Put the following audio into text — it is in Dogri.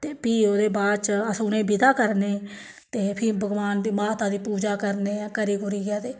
ते भी ओह्दे बाद च अस उ'नें गी विदा करनें ते फ्ही भगवान दी माता दी पूजा करने आं करी कुरियै ते